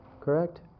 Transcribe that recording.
correct